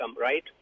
right